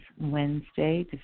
Wednesday